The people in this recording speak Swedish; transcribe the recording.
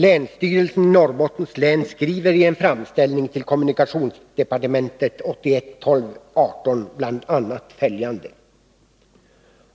Länsstyrelsen i Norrbottens län skriver i en framställning till kommunikationsdepartementet den 18 december 1981 bl.a. följande: